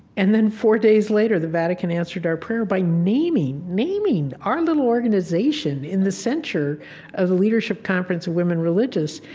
and then four days later, the vatican answered our prayer by naming, naming our little organization in the censure of the leadership conference of women religious.